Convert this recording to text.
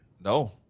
no